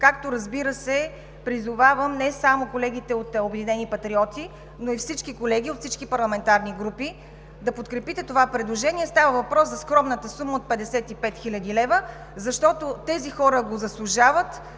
Както, разбира се, призовавам не само колегите от „Обединени патриоти“, но и всички колеги, от всички парламентарни групи, да подкрепите това предложение. Става въпрос за скромната сума от 55 хил. лв., защото тези хора го заслужават,